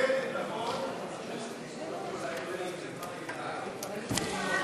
תקרא לאנשים שלך שלא להפעיל אלימות על חיילי צה"ל.